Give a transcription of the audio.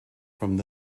film